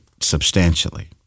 substantially